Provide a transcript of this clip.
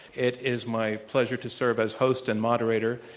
it is my pleasure to serve as host and moderator,